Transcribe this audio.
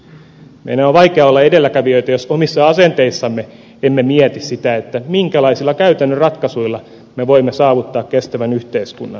meidän on vaikea olla edelläkävijöitä jos omissa asenteissamme emme mieti sitä minkälaisilla käytännön ratkaisuilla me voimme saavuttaa kestävän yhteiskunnan